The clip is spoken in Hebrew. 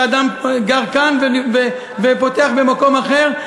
שאדם גר כאן ופותח במקום אחר,